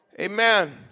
Amen